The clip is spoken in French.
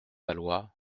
valois